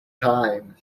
time